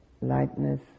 lightness